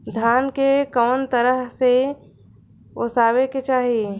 धान के कउन तरह से ओसावे के चाही?